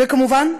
וכמובן,